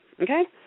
okay